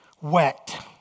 wet